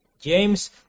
James